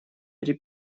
при